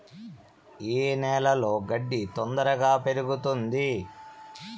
ఏ నేలలో గడ్డి తొందరగా పెరుగుతుంది